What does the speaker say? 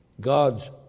God's